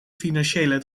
financiële